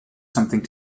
something